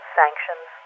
sanctions